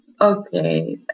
okay